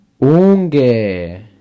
Unge